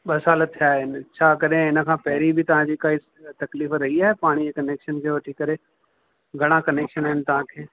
ॿ साल थिया आहिनि छा कॾहिं हिनखां पहिरीं बी तव्हांजी काई तकलीफ़ रही आहे पाणीअ जे कनेक्शन खे वठी करे घणा कनेक्शन आहिनि तव्हांखे